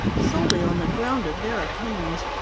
solely on the ground of their opinions.